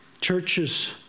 churches